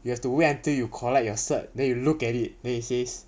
you have to wait until you collect your cert then you look at it then it says